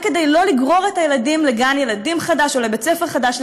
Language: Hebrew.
כדי לא לגרור את הילדים לגן-ילדים חדש או לבית-ספר חדש,